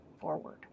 forward